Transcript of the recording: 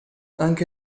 anche